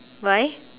why